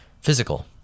physical